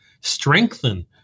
strengthen